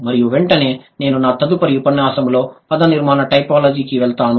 మరియు వెంటనే నేను నా తదుపరి ఉపన్యాసంలో పదనిర్మాణ టైపోలజీకి వెళ్తాను